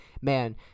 man